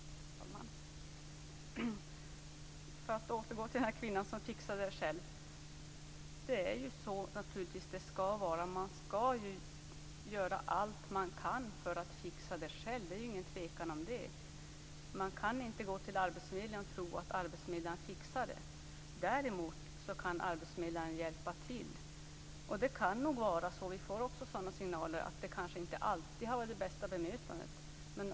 Fru talman! För att återgå till den kvinna som fixade det här själv vill jag säga att man naturligtvis skall göra allt man kan för att fixa detta själv; det råder ingen tvekan om det. Man kan inte gå till arbetsförmedlingen i tron att arbetsförmedlaren fixar detta. Däremot kan arbetsförmedlaren hjälpa till. Det kan nog vara så - sådana signaler får vi också - att bemötandet inte varit det bästa.